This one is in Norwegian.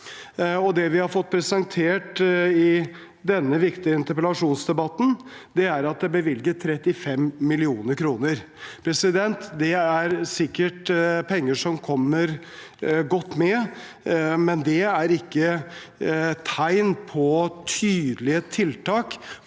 Det vi har fått presentert i denne viktige interpellasjonsdebatten, er at det er bevilget 35 mill. kr. Det er sikkert penger som kommer godt med, men det er ikke et tegn på tydelige tiltak